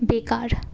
বেকার